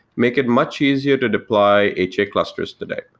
make it much easier to deploy ha clusters today.